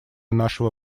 нашего